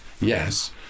yes